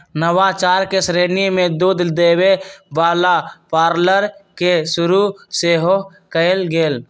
नवाचार के श्रेणी में दूध देबे वला पार्लर के शुरु सेहो कएल गेल